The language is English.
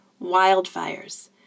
wildfires